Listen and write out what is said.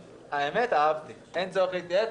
אהבתי: אין צורך להתייעץ,